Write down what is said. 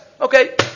Okay